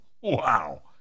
Wow